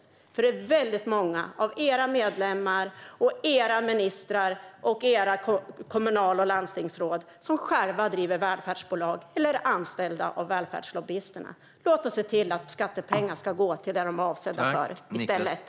Det är nämligen väldigt många av era medlemmar, ministrar och kommunal och landstingsråd som själva driver välfärdsbolag eller är anställda av välfärdslobbyisterna. Låt oss se till att skattepengar går till det som de är avsedda för i stället.